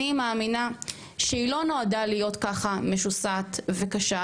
אני מאמינה שהיא לא נועדה להיות ככה משוסעת וקשה,